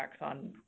on